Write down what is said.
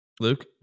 Luke